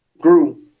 grew